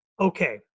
Okay